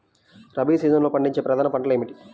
రబీ సీజన్లో పండించే ప్రధాన పంటలు ఏమిటీ?